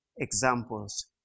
examples